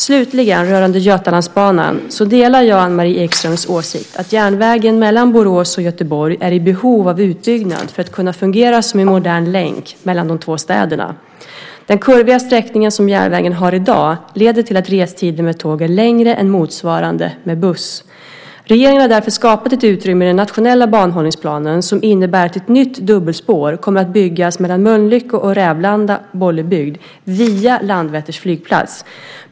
Slutligen, rörande Götalandsbanan, så delar jag Anne-Marie Ekströms åsikt att järnvägen mellan Borås och Göteborg är i behov av utbyggnad för att kunna fungera som en modern länk mellan de två städerna. Den kurviga sträckningen som järnvägen har i dag leder till att restiden med tåg är längre än motsvarande med buss. Regeringen har därför skapat ett utrymme i den nationella banhållningsplanen som innebär att ett nytt dubbelspår kommer att byggas mellan Mölnlycke och Rävlanda/Bollebygd, via Landvetter flygplats.